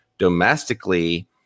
domestically